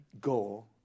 goal